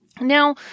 Now